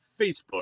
Facebook